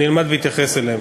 אני אלמד ואתייחס אליהן.